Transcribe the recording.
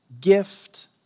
gift